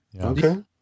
Okay